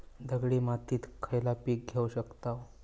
दगडी मातीत खयला पीक घेव शकताव?